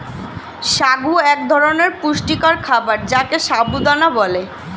সাগু এক ধরনের পুষ্টিকর খাবার যাকে সাবু দানা বলে